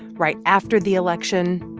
right after the election,